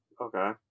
Okay